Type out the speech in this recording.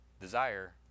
desire